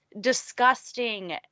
disgusting